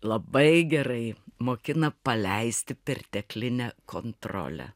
labai gerai mokina paleisti perteklinę kontrolę